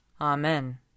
Amen